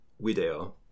video